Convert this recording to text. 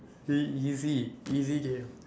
see easy easy game